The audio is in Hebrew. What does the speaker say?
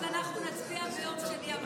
אנחנו נצביע ביום שני הבא.